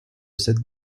cette